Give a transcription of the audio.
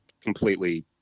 completely